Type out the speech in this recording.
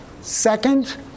Second